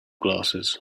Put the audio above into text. glasses